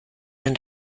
und